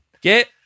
Get